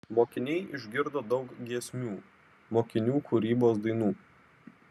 mokiniai išgirdo daug giesmių mokinių kūrybos dainų